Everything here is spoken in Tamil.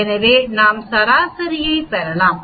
எனவே நாம் சராசரியைப் பெறலாம்